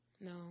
No